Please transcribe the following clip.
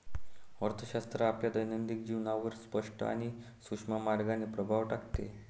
अर्थशास्त्र आपल्या दैनंदिन जीवनावर स्पष्ट आणि सूक्ष्म मार्गाने प्रभाव टाकते